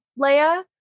Leia